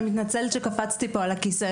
אני מתנצלת שקפצתי פה על הכיסא,